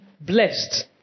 blessed